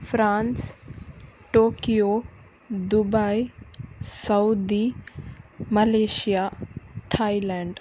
France Tokyo Dubai Saudi Malaysia Thailand